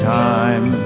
time